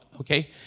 okay